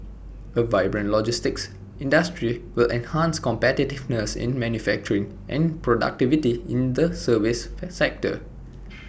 A vibrant logistics industry will enhance competitiveness in manufacturing and productivity in the service sector